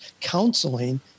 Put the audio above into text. counseling